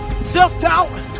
self-doubt